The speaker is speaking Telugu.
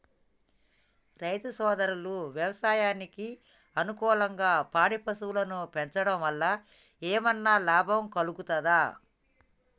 రైతు సోదరులు వ్యవసాయానికి అనుకూలంగా పాడి పశువులను పెంచడం వల్ల ఏమన్నా లాభం కలుగుతదా?